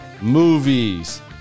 Movies